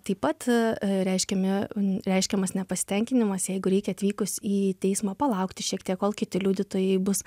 taip pat reiškiami n reiškiamas nepasitenkinimas jeigu reikia atvykus į teismą palaukti šiek tiek kol kiti liudytojai bus